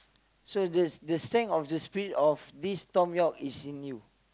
so the the sang of the speech of this Tom York is in you